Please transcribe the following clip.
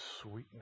sweetness